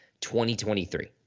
2023